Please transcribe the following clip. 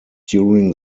during